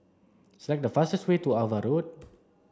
select the fastest way to Ava Road